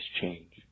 change